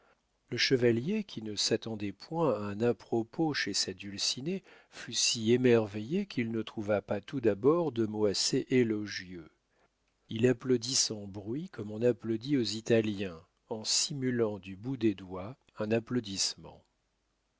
le chevalier qui ne s'attendait point à un à-propos chez sa dulcinée fut si émerveillé qu'il ne trouva pas tout d'abord de mot assez élogieux il applaudit sans bruit comme on applaudit aux italiens en simulant du bout des doigts un applaudissement